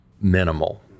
minimal